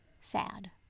sad